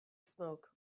smoke